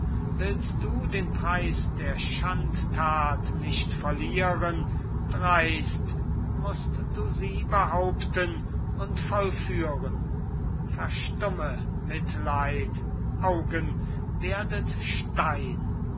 willst du den preis der schandtat nicht verlieren dreist mußt du sie behaupten und vollführen verstumme mitleid augen werdet stein